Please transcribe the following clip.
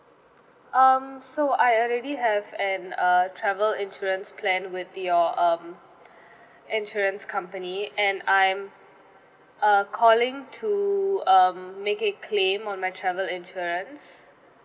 um so I already have an uh travel insurance plan with your um insurance company and I'm uh calling to um make a claim on my travel insurance